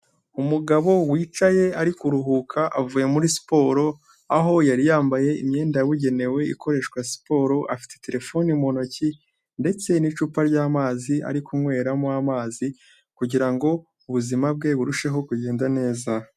Umugabo wicaye ari kuruhuka avuye muri siporo, aho yari yambaye imyenda yabugenewe ikoreshwa siporo. Afite terefone mu ntoki ndetse n'icupa ry'amazi ari kunyweramo amazi kugira ngo ubuzima bwe burusheho kugenda neza.